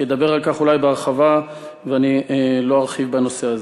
אולי ידבר על כך בהרחבה ואני לא ארחיב בנושא הזה.